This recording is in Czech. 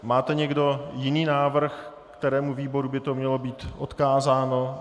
Máte někdo jiný návrh, kterému výboru by to mělo být odkázáno?